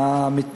יותר מתמחים,